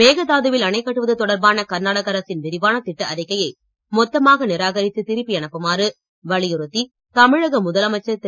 மேகதாது வில் அணை கட்டுவது தொடர்பான கர்நாடக அரசின் விரிவான திட்ட அறிக்கையை மொத்தமாக நிராகரித்து திருப்பி வலியுறுத்தி அனுப்புமாறு தமிழக முதலமைச்சர் திரு